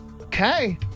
Okay